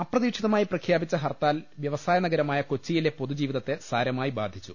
അപ്രതീക്ഷിതമായി പ്രഖ്യാപിച്ച ഹർത്താൽ വ്യവസായനഗരമായ കൊച്ചിയിലെ പൊതുജീവിതത്തെ സാരമായി ബാധിച്ചു